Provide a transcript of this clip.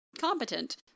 competent